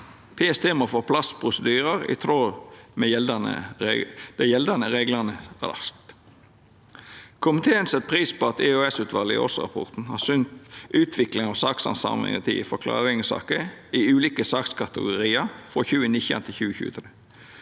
få på plass prosedyrar i tråd med dei gjeldande reglane. Komiteen set pris på at EOS-utvalet i årsrapporten har synt utviklinga av sakshandsamingstida for klareringssaker i ulike sakskategoriar frå 2019